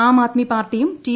ആം ആദ്മി പാർട്ടിയും റ്റി